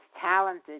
talented